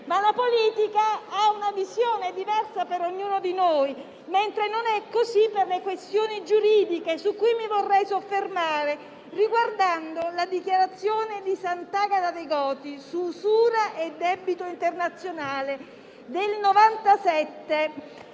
della politica però ha una visione diversa ognuno di noi, mentre non è così per le questioni giuridiche, su cui mi vorrei soffermare, riguardando la carta di Sant'Agata dei Goti "Dichiarazione su usura e debito internazionale" del 1997,